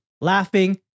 laughing